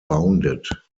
bounded